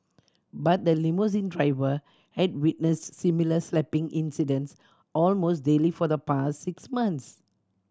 but the limousine driver had witnessed similar slapping incidents almost daily for the past six months